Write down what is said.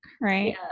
Right